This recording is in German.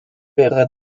wäre